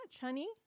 honey